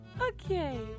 Okay